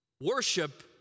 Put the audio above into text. Worship